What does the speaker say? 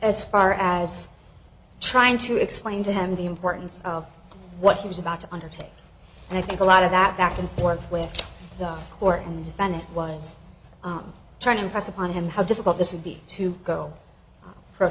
as far as trying to explain to him the importance of what he was about to undertake and i think a lot of that back and forth with the court and the defendant was trying to impress upon him how difficult this would be to go